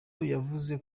yavuze